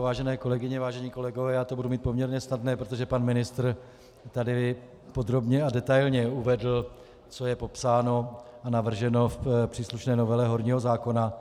Vážené kolegyně, vážení kolegové, budu to mít poměrně snadné, protože pan ministr tady podrobně a detailně uvedl, co je popsáno a navrženo v příslušné novele horního zákona.